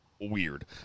weird